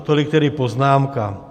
Tolik tedy poznámka.